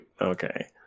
Okay